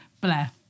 Blair